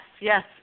yes